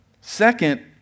Second